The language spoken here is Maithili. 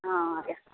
हँ इएह